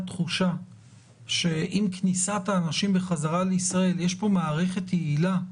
תחושה שעם כניסת האנשים בחזרה לישראל יש פה מערכת יעילה,